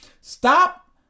Stop